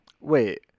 Wait